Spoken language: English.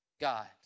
God